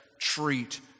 treat